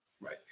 right